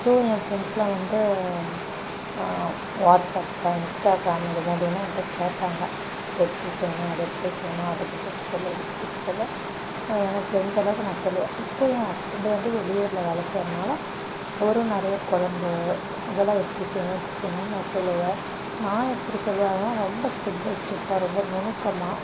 so என் ஃப்ரெண்ட்ஸெலாம் வந்து வாட்ஸ்அப்பு இன்ஸ்டாகிராமு இது மூலிமா என்கிட்ட கேட்பாங்க இது எப்படி செய்யணும் அது எப்படி செய்யணும் அதுக்கு டிப்ஸ் சொல்லு இதுக்கு டிப்ஸ் சொல்லு எனக்கு தெரிஞ்ச அளவுக்கு நான் சொல்லுவேன் இப்போ என் ஹஸ்பண்டு வந்து வெளியூரில் வேலை செய்கிறனால அவரும் நிறைய குழம்பு அதெலாம் எப்படி செய்யணு எப்படி செய்யணுன்னு நான் சொல்லுவேன் நான் எப்படி சொல்லுவேன்னா ரொம்ப ஸ்டெப் பை ஸ்டெப்பாக ரொம்ப நுணுக்கமாக